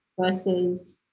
versus